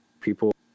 people